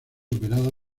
operada